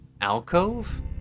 alcove